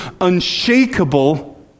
unshakable